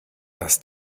das